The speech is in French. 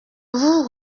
vous